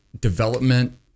development